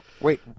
Wait